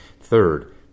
Third